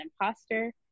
imposter